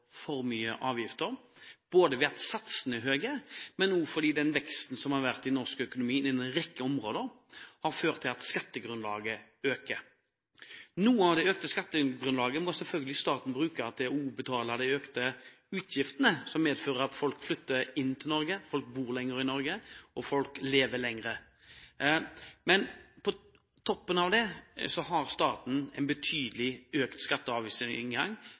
for mye i skatter og avgifter, både fordi satsene er høye, og fordi den veksten som har vært i norsk økonomi på en rekke områder, har ført til at skattegrunnlaget øker. Noe av det økte skattegrunnlaget må selvfølgelig staten bruke også til å betale de økte utgiftene som det medfører at folk flytter inn til Norge, at folk bor lenger i Norge, og at folk lever lenger. På toppen av det har staten en betydelig økt skatte- og avgiftsinngang